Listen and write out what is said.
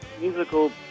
musical